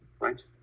right